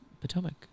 Potomac